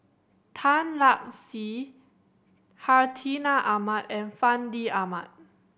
Tan Lark Sye Hartinah Ahmad and Fandi Ahmad